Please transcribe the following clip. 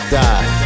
die